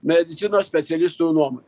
medicinos specialistų nuomone